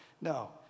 no